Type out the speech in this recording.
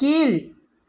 கீழ்